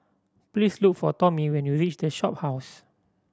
please look for Tomie when you reach The Shophouse